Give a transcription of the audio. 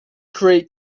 create